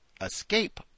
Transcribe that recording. escape